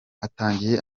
hatangiye